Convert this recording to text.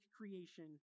creation